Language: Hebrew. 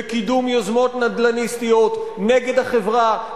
וקידום יוזמות נדל"ניסטיות נגד החברה,